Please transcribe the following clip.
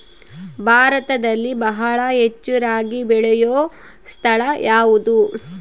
ಭಾರತದಲ್ಲಿ ಬಹಳ ಹೆಚ್ಚು ರಾಗಿ ಬೆಳೆಯೋ ಸ್ಥಳ ಯಾವುದು?